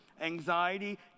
Anxiety